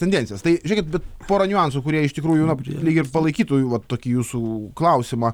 tendencijas tai žiūrėkit bet pora niuansų kurie iš tikrųjų na lyg ir palaikytų va tokį jūsų klausimą